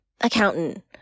accountant